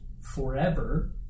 forever